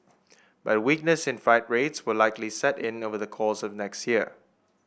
but weakness in freight rates will likely set in over the course of next year